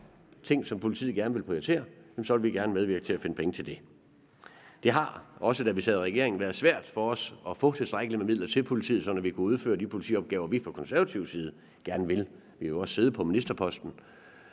ting, som politiet gerne vil prioritere, vil vi gerne medvirke til at finde penge til det. Det har – også da vi sad i regering – været svært for os at få tilstrækkeligt med midler til politiet, sådan at man kunne få udført de politiopgaver, som vi fra konservativ side gerne ville have udført – vi har jo også siddet på ministerposten.